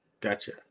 gotcha